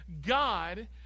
God